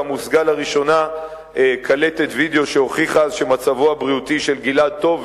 גם הושגה לראשונה קלטת וידיאו שהוכיחה שמצבו הבריאותי של גלעד טוב,